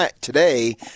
today